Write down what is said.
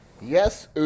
Yes